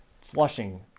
flushing